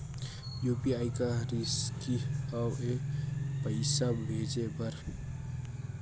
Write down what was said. UPI का रिसकी हंव ए पईसा भेजे बर?